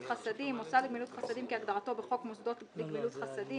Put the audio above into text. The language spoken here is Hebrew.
חסדים" מוסד לגמילות חסדים כהגדרתו בחוק מוסדות לגמילות חסדים,